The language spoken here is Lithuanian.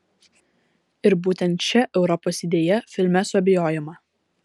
ir būtent šia europos idėja filme suabejojama